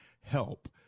help